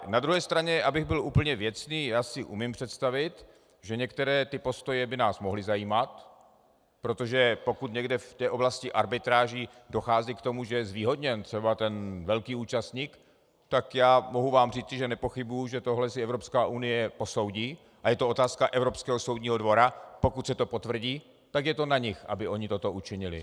Na druhé straně, abych byl úplně věcný, umím si představit, že některé ty postoje by nás mohly zajímat, protože pokud někde v té oblasti arbitráží dochází k tomu, že je zvýhodněn třeba velký účastník, tak vám mohu říct, že nepochybuju, že tohle si Evropská unie posoudí, a je to otázka Evropského soudního dvora, pokud se to potvrdí, tak je to na nich, aby oni toto učinili.